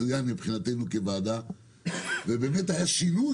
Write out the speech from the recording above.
זה היה אתגר מצוין מבחינתנו כוועדה ובאמת היה שינוי,